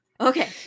Okay